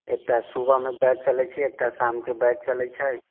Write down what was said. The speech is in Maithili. एकटा सुबहमे बैच चलै छै एकटा शामके बैच चलै छै